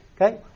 Okay